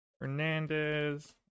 Hernandez